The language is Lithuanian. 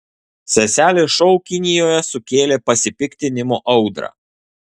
seselės šou kinijoje sukėlė pasipiktinimo audrą